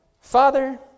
Father